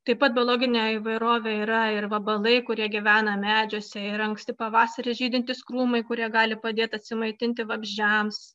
taip pat biologinė įvairovė yra ir vabalai kurie gyvena medžiuose ir anksti pavasarį žydintys krūmai kurie gali padėti atsimaitinti vabzdžiams